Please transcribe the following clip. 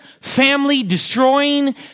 family-destroying